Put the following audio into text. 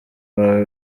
bawe